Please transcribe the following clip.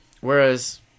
Whereas